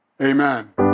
amen